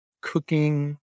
cooking